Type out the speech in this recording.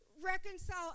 reconcile